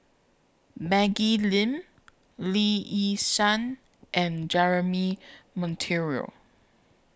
Maggie Lim Lee Yi Shyan and Jeremy Monteiro